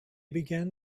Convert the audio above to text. began